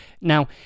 Now